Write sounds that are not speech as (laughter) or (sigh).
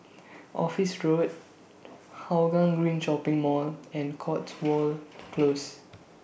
(noise) Office Road Hougang Green Shopping Mall and Cotswold Close